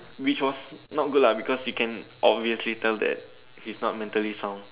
which was not good lah because you can obviously tell that he's not mentally sound